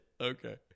Okay